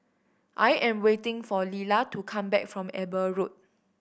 I am waiting for Lilla to come back from Eber Road